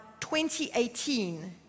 2018